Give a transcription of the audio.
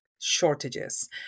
shortages